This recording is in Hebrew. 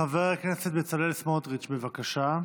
חבר הכנסת בצלאל סמוטריץ', בבקשה.